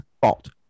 fault